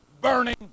burning